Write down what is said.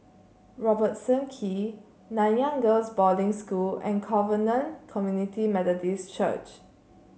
Robertson Quay Nanyang Girls' Boarding School and Covenant Community Methodist Church